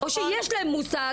או שיש להם מושג,